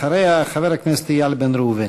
אחריה חבר הכנסת איל בן ראובן.